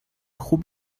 خوب